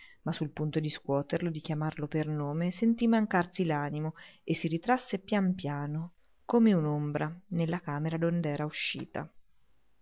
ma sul punto di scuoterlo di chiamarlo per nome sentì mancarsi l'animo e si ritrasse pian piano come un'ombra nella camera dond'era uscita